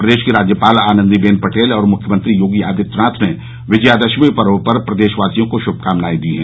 प्रदेश की राज्यपाल आनन्दीबेन पटेल और मुख्यमंत्री योगी आदित्यनाथ ने विजयादशमी पर्व पर प्रदेशवासियों को शुभकामनाएं दीं हैं